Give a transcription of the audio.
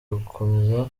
gukomeza